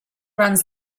runs